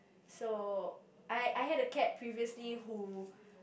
so I I had a cat previously who